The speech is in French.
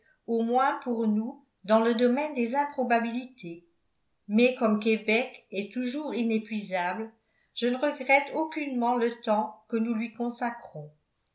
entrer au moins pour nous dans le domaine des improbabilités mais comme québec est toujours inépuisable je ne regrette aucunement le temps que nous lui consacrons